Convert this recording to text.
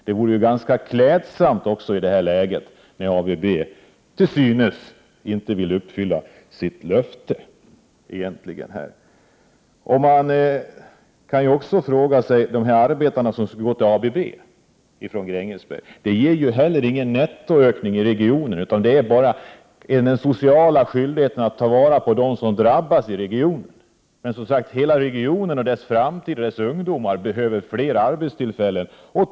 Det vore också ganska klädsamt i det här läget, när ABB till synes inte vill uppfylla sitt löfte. Att de här arbetarna skulle gå till ABB från Grängesberg — det ger ju inte heller någon nettoökning i regionen. Det är bara fråga om den sociala skyldigheten att ta vara på dem som drabbas i regionen. Men hela regionen behöver som sagt fler arbetstillfällen — för sin framtid och för sina ungdomar.